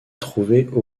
trouver